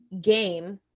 game